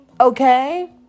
okay